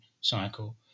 cycle